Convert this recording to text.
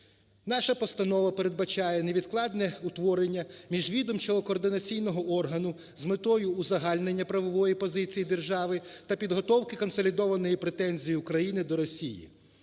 Наша постанова передбачає невідкладне утворення міжвідомчого координаційного органу з метою узагальнення правової позиції держави та підготовки консолідованої претензії України до Росії.